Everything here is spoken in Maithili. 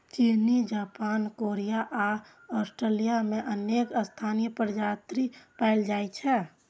चीन, जापान, कोरिया आ ऑस्ट्रेलिया मे अनेक स्थानीय प्रजाति पाएल जाइ छै